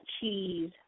cheese